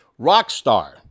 Rockstar